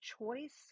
choice